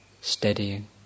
steadying